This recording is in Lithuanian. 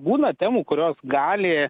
būna temų kurios gali